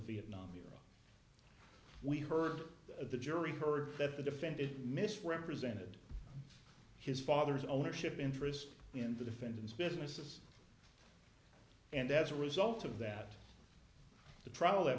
vietnam era we heard of the jury heard that the defendant misrepresented his father's ownership interest in the defendant's businesses and as a result of that the